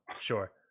Sure